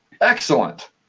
Excellent